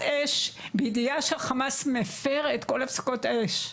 אש בידיעה שחמאס מפר את כול הפסקות האש?